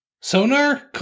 sonar